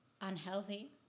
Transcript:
unhealthy